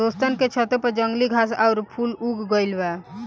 दोस्तन के छतों पर जंगली घास आउर फूल उग गइल बा